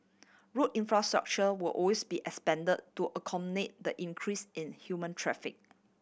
road infrastructure will also be expand to accommodate the increase in human traffic